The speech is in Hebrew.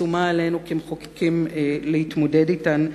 ושומה עלינו כמחוקקים להתמודד אתן,